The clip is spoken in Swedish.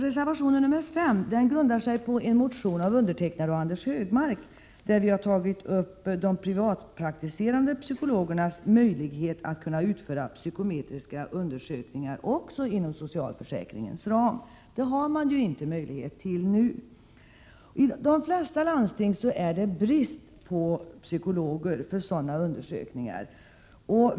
Reservation nr 5 grundar sig på en motion av mig och Anders Högmark, där vi har tagit upp de privatpraktiserande psykologernas möjlighet att utföra psykometriska undersökningar inom socialförsäkringens ram. Någon sådan möjlighet finns ju inte nu. I de flesta landsting är det brist på psykologer för sådana undersökningar.